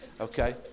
Okay